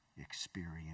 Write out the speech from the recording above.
experience